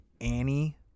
Annie